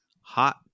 hot